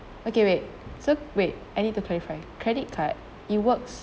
okay wait so wait I need to clarify credit card it works